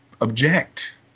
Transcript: object